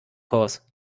course